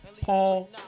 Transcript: Paul